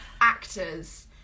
actors